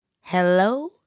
Hello